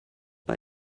pas